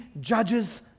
judges